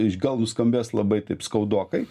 gal nuskambės labai taip skaudokai